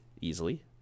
easily